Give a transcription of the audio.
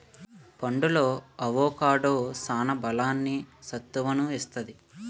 పండులో అవొకాడో సాన బలాన్ని, సత్తువును ఇత్తది